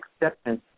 acceptance